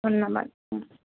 ধন্যবাদ হুম